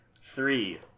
Three